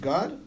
God